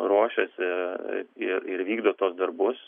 ruošiasi ir ir vykdo tuos darbus